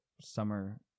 summer